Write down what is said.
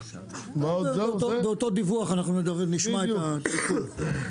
באותו דיווח אנחנו נשמע את התיקון.